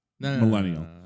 Millennial